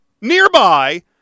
nearby